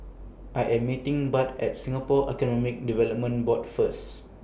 I Am meeting Bud At Singapore Economic Development Board First